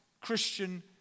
Christian